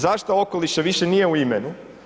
Zašto okoliša više nije u imenu?